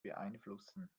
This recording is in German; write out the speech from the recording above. beeinflussen